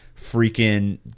freaking